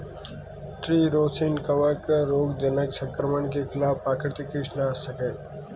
tree rosin कवक रोगजनक संक्रमण के खिलाफ प्राकृतिक कीटनाशक है